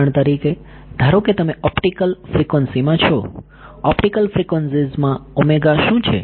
ઉદાહરણ તરીકે ધારો કે તમે ઓપ્ટિકલ ફ્રીક્વન્સીમાં છો ઓપ્ટિકલ ફ્રીક્વન્સીઝમાં ઓમેગા શું છે